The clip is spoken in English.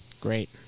great